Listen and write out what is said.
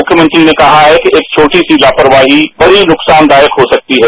मुख्यमंत्री ने कहा है कि एक छोटी सी लापरवाही बड़ी नुकसान दायक हो सकती है